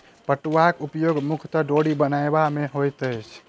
पटुआक उपयोग मुख्यतः डोरी बनयबा मे होइत अछि